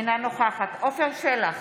אינה נוכחת עפר שלח,